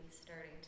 starting